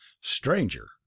Stranger